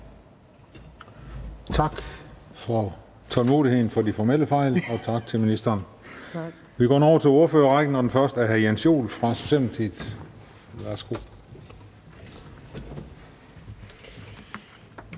Tak for tålmodigheden, hvad angår de formelle fejl, og tak til ministeren. Vi går nu over til ordførerrækken, og den første ordfører er hr. Jens Joel fra Socialdemokratiet. Værsgo.